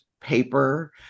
paper